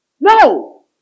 No